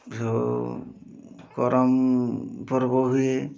ଗରମ ପର୍ବ ହୁଏ